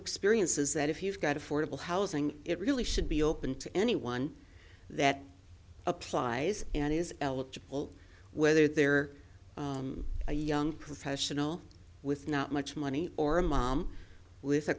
experience is that if you've got affordable housing it really should be open to anyone that applies and is eligible whether they're a young professional with not much money or a mom with a